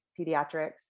pediatrics